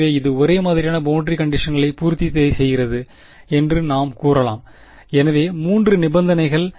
எனவே இது ஒரே மாதிரியான பௌண்டரி கண்டிஷன்களை பூர்த்தி செய்கிறது என்று நாம் கூறலாம் எனவே மூன்று நிபந்தனைகள்